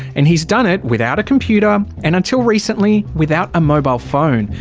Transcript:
and he's done it without a computer um and, until recently, without a mobile phone.